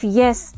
yes